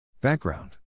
Background